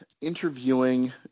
interviewing